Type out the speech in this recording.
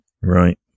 Right